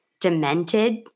demented